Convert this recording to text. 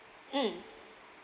mm